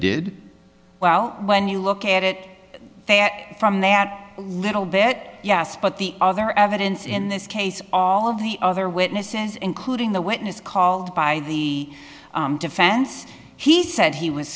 did well when you look at it from that little bit yes but the other evidence in this case all of the other witnesses including the witness called by the defense he said he was